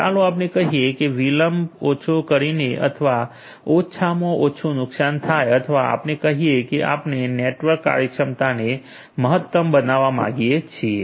ચાલો આપણે કહીએ કે વિલંબ ઓછો કરીએ અથવા ઓછામાં ઓછું નુકસાન થાય અથવા આપણે કહી શકીએ કે આપણે નેટવર્ક કાર્યક્ષમતાને મહત્તમ બનાવવા માંગીએ છીએ